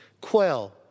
quell